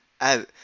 out